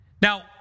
Now